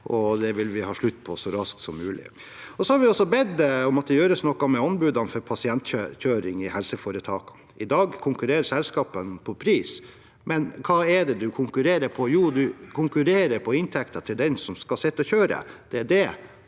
det vil vi ha slutt på så raskt som mulig. Vi har også bedt om at det gjøres noe med anbudene for pasientkjøring i helseforetakene. I dag konkurrerer selskapene på pris, men hva er det man konkurrerer på? Jo, man konkurrerer på inntekten til den som skal sitte